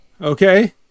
okay